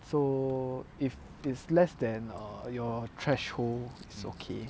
so if it's less than err your threshold is okay